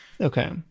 Okay